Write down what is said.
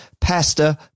pasta